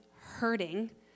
hurting